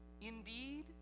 indeed